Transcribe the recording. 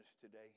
today